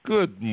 Good